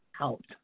out